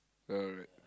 alright